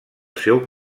seu